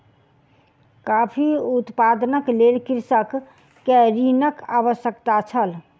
coffee उत्पादनक लेल कृषक के ऋणक आवश्यकता छल